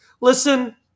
listen